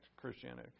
Christianity